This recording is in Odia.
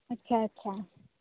ଆଚ୍ଛା ଆଚ୍ଛା